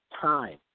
time